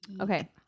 Okay